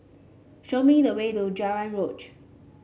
show me the way to